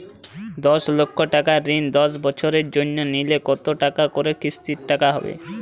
দশ লক্ষ টাকার ঋণ দশ বছরের জন্য নিলে কতো টাকা করে কিস্তির টাকা হবে?